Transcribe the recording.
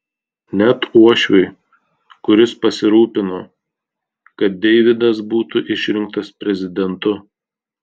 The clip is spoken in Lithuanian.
net uošviui kuris pasirūpino kad deividas būtų išrinktas prezidentu